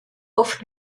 oft